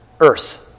earth